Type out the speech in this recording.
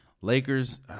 Lakers